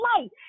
life